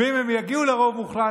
ואם הם יגיעו לרוב מוחלט,